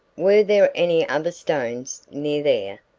were there any other stones near there?